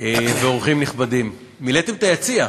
ואורחים נכבדים, מילאתם את היציע.